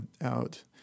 out